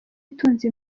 itunze